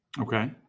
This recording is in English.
Okay